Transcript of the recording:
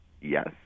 yes